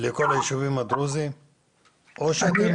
הם ניתנים